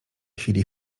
chwili